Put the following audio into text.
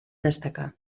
destacà